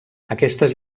aquestes